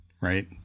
right